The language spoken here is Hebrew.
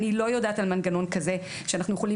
אני לא יודעת על מנגנון כזה שאנחנו יכולים